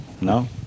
No